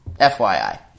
FYI